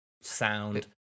sound